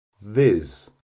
Viz